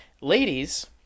Ladies